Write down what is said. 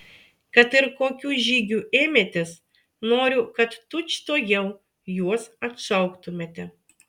kad ir kokių žygių ėmėtės noriu kad tučtuojau juos atšauktumėte